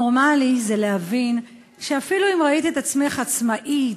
"נורמלי זה להבין שאפילו אם ראית את עצמך עצמאית